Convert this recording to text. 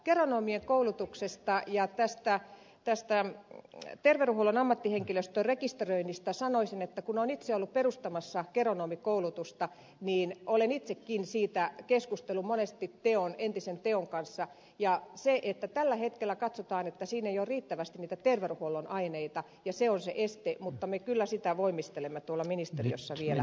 geronomien koulutuksesta ja tästä terveydenhuollon ammattihenkilöstöön rekisteröinnistä sanoisin kun olen itse ollut perustamassa geronomikoulutusta että olen itsekin siitä keskustellut monesti entisen teon kanssa ja tällä hetkellä katsotaan että siinä ei ole riittävästi niitä terveydenhuollon aineita ja se on se este mutta me kyllä siitä voimistelemme tuolla ministeriössä vielä